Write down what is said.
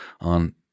on